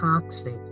toxic